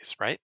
right